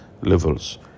levels